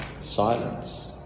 silence